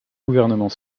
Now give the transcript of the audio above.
gouvernement